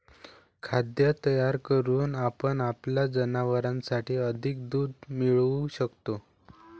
खाद्य तयार करून आपण आपल्या जनावरांसाठी अधिक दूध मिळवू शकतो